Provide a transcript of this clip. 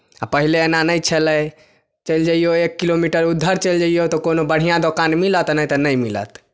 आ पहिले एना नहि छलै चलि जैयौ एक किलोमीटर उधर चलि जैयौ तऽ कोनो बढ़िआँ दोकान मिलत नहि तऽ नहि मिलत